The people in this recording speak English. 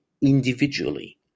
individually